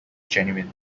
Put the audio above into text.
genuine